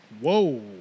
Whoa